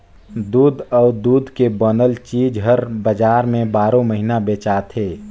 दूद अउ दूद के बनल चीज हर बजार में बारो महिना बेचाथे